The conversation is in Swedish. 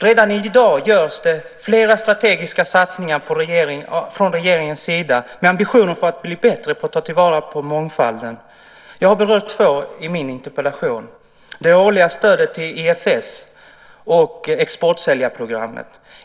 Redan i dag görs flera strategiska satsningar från regeringens sida med ambitionen att bli bättre på att ta till vara mångfalden. Jag har berört två i min interpellation. Det är det årliga stödet till IFS och exportsäljarprogrammet.